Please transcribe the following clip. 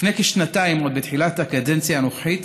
לפני כשנתיים, עוד בתחילת הקדנציה הנוכחית,